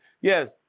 Yes